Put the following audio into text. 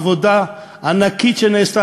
עבודה ענקית שנעשתה,